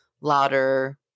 louder